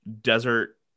desert